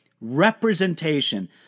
representation